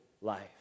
life